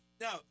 Now